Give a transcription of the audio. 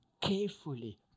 carefully